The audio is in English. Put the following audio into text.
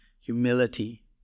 humility